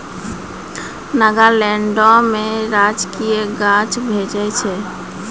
नागालैंडो के राजकीय गाछ भोज छै